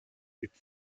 its